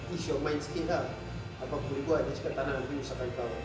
ease your mind sikit ah apa aku boleh buat dia cakap tak nak nanti menyusahkan kau